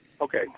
Okay